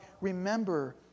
remember